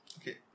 Okay